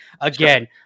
Again